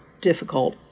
difficult